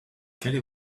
kelly